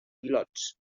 pilots